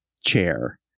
chair